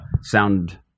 sound